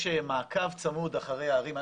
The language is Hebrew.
יש מעקב צמוד אחרי הערים.